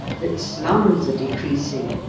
that slums are decreasing,